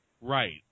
Right